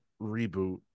Reboot